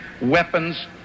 weapons